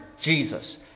Jesus